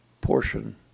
portion